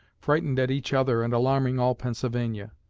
frightened at each other and alarming all pennsylvania.